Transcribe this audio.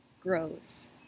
grows